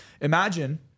imagine